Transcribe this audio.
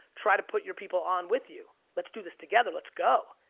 try to put your people on with you. let's do this together, let's go.